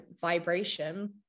vibration